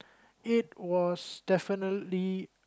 it was definitely